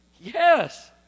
Yes